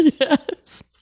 Yes